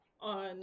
on